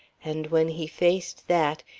and when he faced that,